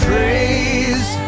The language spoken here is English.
Praise